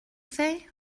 say